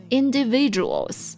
individuals